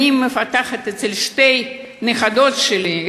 אני מפתחת אצל שתי הנכדות שלי,